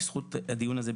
בזכות הדיון הזה,